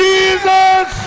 Jesus